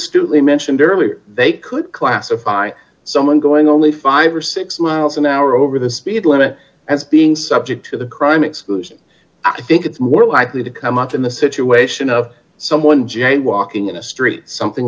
astutely mentioned earlier they could classify someone going only five or six miles an hour over the speed limit as being subject to the crime exclusion i think it's more likely to come up in the situation of someone jaywalking in a street something